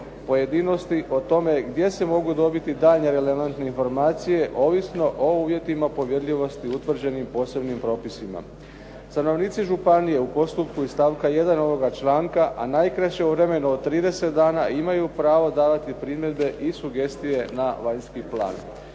Pojedinosti o tome gdje se mogu dobiti daljnje relevantne informacije ovisno o uvjetima povjerljivosti utvrđenim posebnim propisima. Stanovnici županije u postupku iz stavka 1. ovoga članka a najkraće u vremenu od 30 dana imaju pravo davati primjedbe i sugestije na vanjski plan.